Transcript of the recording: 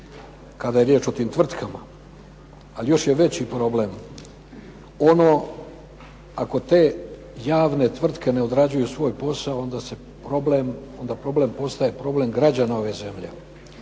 kada je riječ o tim tvrtkama, ali još je veći problem ono ako te javne tvrtke ne odrađuju svoj posao, onda problem postaje problem građana ove zemlje.